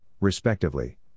respectively